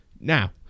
Now